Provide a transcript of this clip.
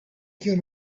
can